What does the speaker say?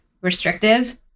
restrictive